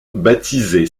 baptisé